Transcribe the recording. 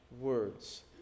words